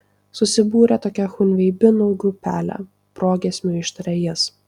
susibūrė tokia chunveibinų grupelė progiesmiu ištarė jis